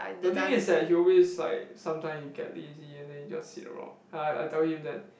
the thing is that he always like sometime he get lazy and he just sit around I I tell him that